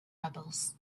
rebels